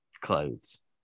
clothes